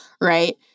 right